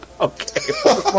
Okay